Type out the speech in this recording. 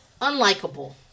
Unlikable